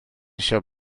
eisiau